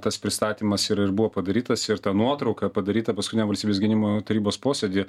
tas pristatymas ir ir buvo padarytas ir ta nuotrauka padaryta paskutiniam valstybės gynimo tarybos posėdy